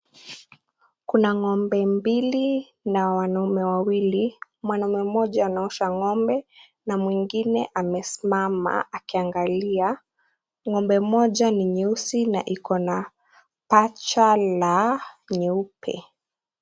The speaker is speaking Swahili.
Kuna ngombe mbili na wanaume wawili, mwanaume mmoja anaosha ng'ombe na mwingine amesimama akiangalia, ng'ombe moja ni nyeusi na iko na pacha la nyeupe.